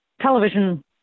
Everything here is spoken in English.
television